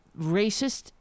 racist